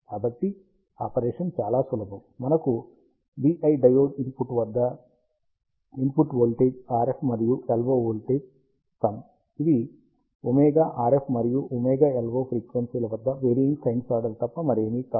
కాబట్టి ఆపరేషన్ చాలా సులభం మనకు vi డయోడ్ ఇన్పుట్ వద్ద ఇన్పుట్ వోల్టేజ్ RF మరియు LO వోల్టేజ్ సమ్ ఇవి ωRF మరియు ωLO ఫ్రీక్వెన్సీల వద్ద వేరియింగ్ సైనసోయిడ్ తప్ప మరేమీ కాదు